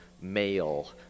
male